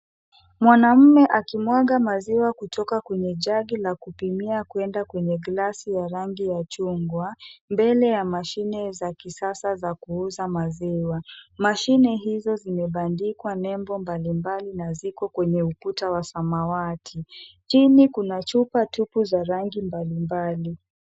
Mwanaume akimwaga maziwa kutoka kwenye jagi la kupimia kwenda kwenye glasi ya rangi ya chungwa, mbele ya mashine za kisasa za kuuza maziwa. Mashine hizo zimebandikwa nembo mbalimbali na ziko kwenye ukuta wa samawati. Chini kuna chupa tupu za rangi mbalimbali.